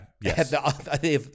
yes